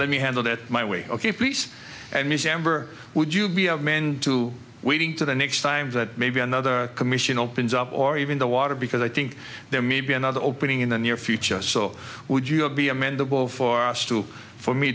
let me handle that my way ok peace and use amber would you be of men to waiting to the next time that maybe another commission opens up or even the water because i think there may be another opening in the near future so would your be amendable for us to for me